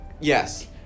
Yes